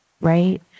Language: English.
right